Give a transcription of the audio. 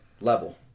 level